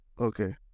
Okay